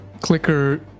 Clicker